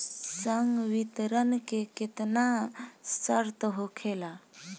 संवितरण के केतना शर्त होखेला?